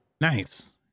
nice